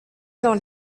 dans